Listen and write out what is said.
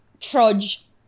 trudge